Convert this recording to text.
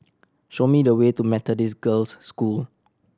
show me the way to Methodist Girls' School